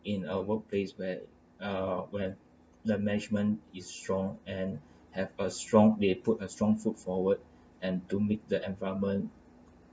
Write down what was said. in a workplace where uh when the management is strong and have a strong they put a strong foot forward and to make the environment